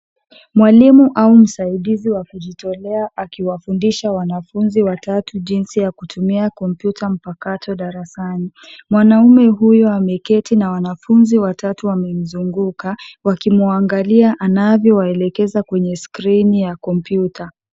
Mwalimu au msaidizi wa kujitolea akiwafundisha wanafuzi watatu jinsi ya kutumia kompyuta mpakato darasani. Mwanaume huyo ameketi na wanafuzi watatu wamemzunguka wakimwagalia anavyowaelekeza kwenye skrini ya kompyuta.